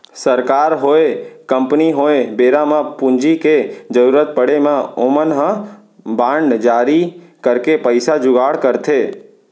सरकार होय, कंपनी होय बेरा म पूंजी के जरुरत पड़े म ओमन ह बांड जारी करके पइसा जुगाड़ करथे